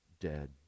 dead